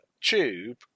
tube